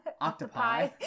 Octopi